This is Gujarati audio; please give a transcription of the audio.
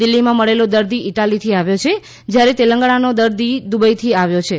દિલ્ફીમાં મળેલો દર્દી ઇટાલીથી આવ્યો છે જ્યારે તેલંગણાનો દર્દી દુબઇથી આવ્યો છે